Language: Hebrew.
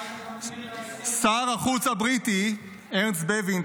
שר החוץ הבריטי ארנסט בווין,